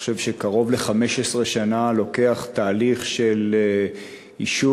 אני חושב, קרוב ל-15 שנה להניע תהליך של אישור.